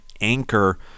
anchor